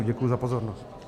Děkuji za pozornost.